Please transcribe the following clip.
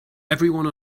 everyone